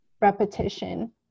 repetition